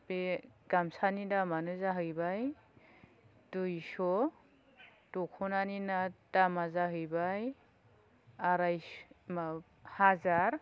बे गामसानि दामानो जाहैबाय दुइश' दख'नानिना दामा जाहैबाय आराय मा हाजार